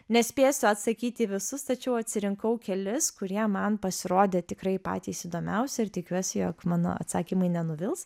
nespėsiu atsakyti į visus tačiau atsirinkau kelis kurie man pasirodė tikrai patys įdomiausi ir tikiuosi jog mano atsakymai nenuvils